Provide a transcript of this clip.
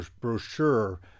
brochure